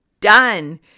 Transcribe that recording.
done